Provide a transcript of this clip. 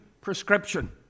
prescription